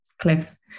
cliffs